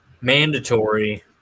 Mandatory